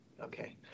okay